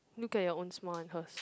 look at your own smile and hers